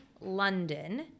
London